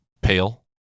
pale